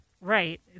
Right